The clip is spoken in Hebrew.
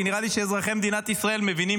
כי נראה לי שאזרחי מדינת ישראל מבינים